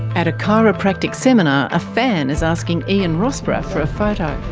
at a chiropractic seminar, a fan is asking ian rossborough for a photo.